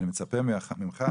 אני מצפה ממך,